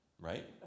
Right